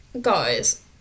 guys